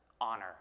honor